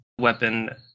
weapon